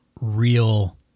real –